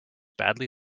badly